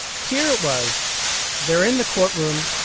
here it was there in the courtroom.